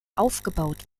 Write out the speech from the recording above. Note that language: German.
aufgebaut